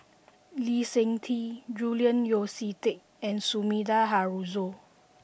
Lee Seng Tee Julian Yeo See Teck and Sumida Haruzo